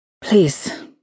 Please